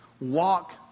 walk